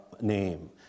name